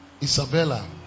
Isabella